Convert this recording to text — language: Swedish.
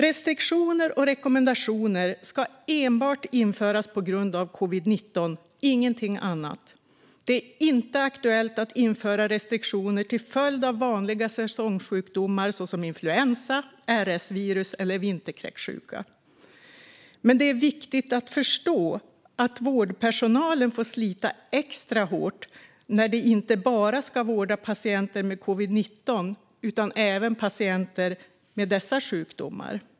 Restriktioner och rekommendationer ska enbart införas på grund av covid-19, ingenting annat. Det är inte aktuellt att införa restriktioner till följd av vanliga säsongssjukdomar som influensa, RS-virus eller vinterkräksjuka, men det är viktigt att förstå att vårdpersonalen får slita extra hårt när de inte bara ska vårda patienter med covid-19 utan även patienter med dessa sjukdomar.